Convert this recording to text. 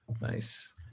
nice